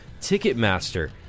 Ticketmaster